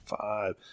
five